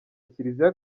kiliziya